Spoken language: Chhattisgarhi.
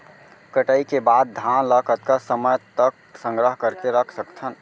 कटाई के बाद धान ला कतका समय तक संग्रह करके रख सकथन?